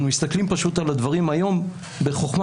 אנחנו מסתכלים על הדברים היום בחוכמה